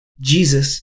Jesus